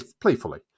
playfully